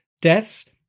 deaths